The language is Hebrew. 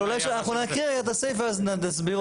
אנחנו נקריא את הסעיף ואז נסביר אותו.